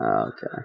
Okay